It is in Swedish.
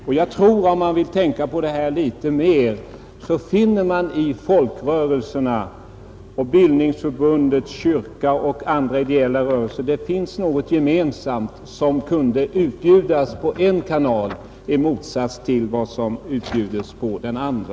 Och jag tror — om man tänker litet mer på det här — att man i folkrörelserna, bildningsförbunden, kyrkan och andra idéella rörelser skall finna något gemensamt, som kunde utbjudas genom en kanal i motsats till vad som utbjuds genom den andra,